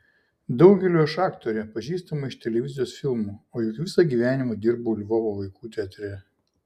daugeliui aš aktorė pažįstama iš televizijos filmų o juk visą gyvenimą dirbau lvovo vaikų teatre